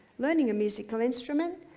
learning a musical instrument,